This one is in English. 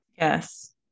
Yes